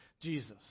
Jesus